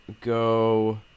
go –